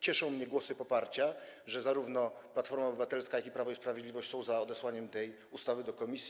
Cieszą mnie głosy poparcia, że zarówno Platforma Obywatelska, jak i Prawo i Sprawiedliwość są za odesłaniem tej ustawy do komisji.